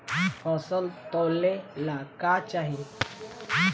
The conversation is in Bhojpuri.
फसल तौले ला का चाही?